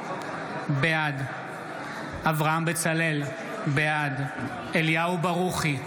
בעד אברהם בצלאל, בעד אליהו ברוכי,